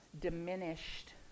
diminished